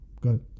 Good